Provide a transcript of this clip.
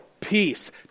peace